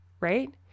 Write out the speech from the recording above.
right